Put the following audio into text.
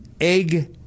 egg